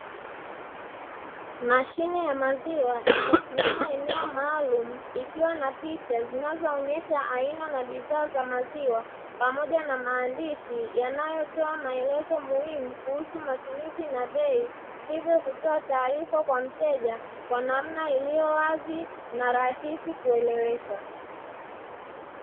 Mashine ya maziwa imesimama eneo maalumu ikiwa na picha zinazoonyesha aina ya bidhaa za maziwa, pamoja na maandishi yanayotoa maelezo muhimu kuhusu matumizi na bei, hivyo kutoa taarifa kwa mteja kwa namna iliyo wazi na rahisi kueleweka.